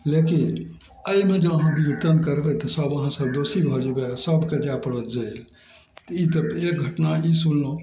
लेकिन अइमे जँ अहाँ परिवर्तन करबय तऽ सब अहाँ सब दोषी भए जेबय आओर सभके जाइ पड़त जेल तऽ ई तऽ एक घटना ई सुनलहुँ